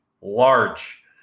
large